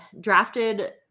drafted